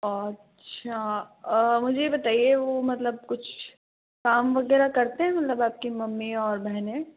अच्छा मुझे ये बताइए वो मतलब कुछ काम वगैरह करते हैं मतलब आपकी मम्मी और बहनें